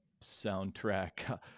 soundtrack